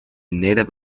native